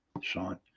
Sean